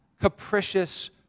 capricious